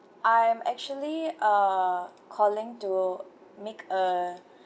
I am actually uh calling to make a